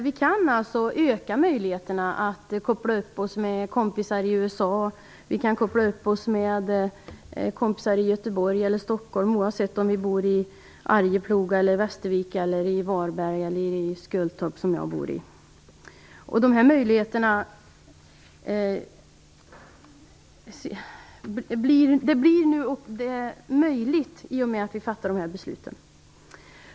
Vi kan alltså öka möjligheterna att koppla upp oss med kompisar i USA, i Göteborg eller i Stockholm oavsett om vi bor i Arjeplog, i Västervik, i Varberg, eller i Skultorp, där jag bor. Allt detta blir möjligt i och med att vi fattar dessa beslut.